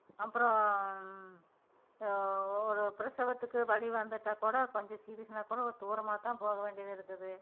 அப்புறோம் ஒரு பிரசவத்துக்கு வலி வந்துட்டாக் கூட கொஞ்சம் சீரியஸ்னால் கூடோம் தூரமாக தான் போக வேண்டியது இருக்குது